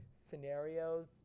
scenarios